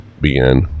began